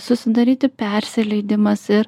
susidaryti persileidimas ir